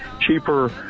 cheaper